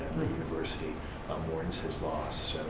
university um mourns his loss.